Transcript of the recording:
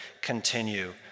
continue